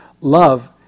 Love